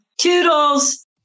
toodles